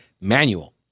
manual